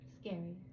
scary